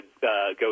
go